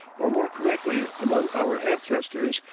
or more correctly, among our ancestors,